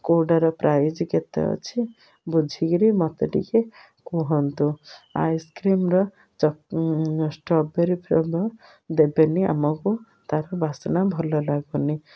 କେଉଁଟାର price କେତେ ଅଛି ବୁଝିକିରି ମୋତେ ଟିକେ କୁହନ୍ତୁ ଆଇସ୍କ୍ରିମର ଷ୍ଟ୍ରବେରୀ ଫ୍ଲେବର ଦେବେନି ଆମକୁ ତା'ର ବାସ୍ନା ଭଲ ଲାଗୁନି